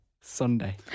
Sunday